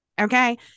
Okay